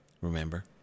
remember